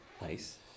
Nice